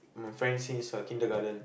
my friend since uh kindergarten